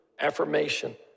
affirmation